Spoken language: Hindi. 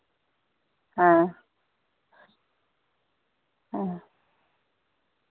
हाँ हाँ